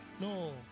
No